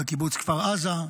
בקיבוץ כפר עזה,